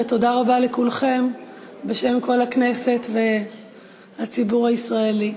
ותודה רבה לכולכם בשם כל הכנסת והציבור הישראלי.